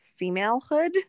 femalehood